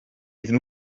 iddyn